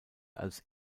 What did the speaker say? als